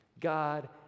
god